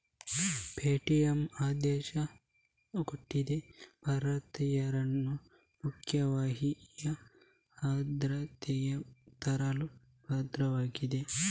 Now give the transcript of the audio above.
Paytm ಅರ್ಧ ಶತಕೋಟಿ ಭಾರತೀಯರನ್ನು ಮುಖ್ಯ ವಾಹಿನಿಯ ಆರ್ಥಿಕತೆಗೆ ತರಲು ಬದ್ಧವಾಗಿದೆ